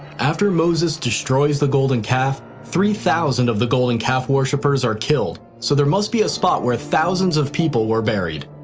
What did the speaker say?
after moses destroys the golden calf, three thousand of the golden calf worshipers are killed, so there must be a spot where thousands of people were buried.